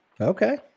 Okay